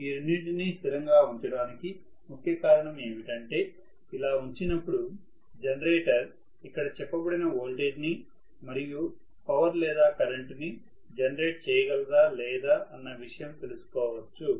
ఈ రెండిటిని స్థిరంగా ఉంచడానికి ముఖ్య కారణం ఏంటంటే ఇలా ఉంచినప్పుడు జనరేటర్ ఇక్కడ చెప్పబడిన వోల్టేజ్ ని మరియు పవర్ లేదా కరెంటు ని జనరేట్ చేయగలదా లేదా అన్న విషయం తెలుసుకోవచ్చు